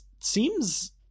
seems